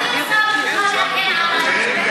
וככה הדברים שלך נשמעים.